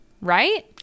right